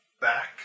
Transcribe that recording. back